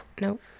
Nope